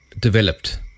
developed